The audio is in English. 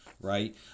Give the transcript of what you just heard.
right